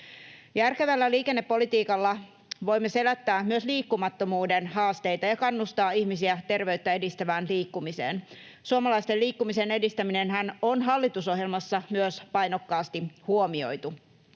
Järkevällä liikennepolitiikalla voimme selättää myös liikkumattomuuden haasteita ja kannustaa ihmisiä terveyttä edistävään liikkumiseen. Suomalaisten liikkumisen edistäminenhän on hallitusohjelmassa myös painokkaasti huomioitu.